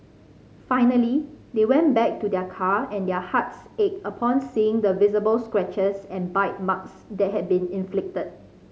finally they went back to their car and their hearts ached upon seeing the visible scratches and bite marks that had been inflicted